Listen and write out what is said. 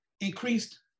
increased